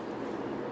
mmhmm